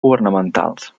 governamentals